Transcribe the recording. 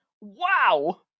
Wow